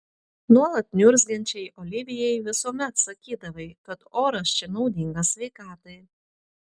nuolat niurzgančiai olivijai visuomet sakydavai kad oras čia naudingas sveikatai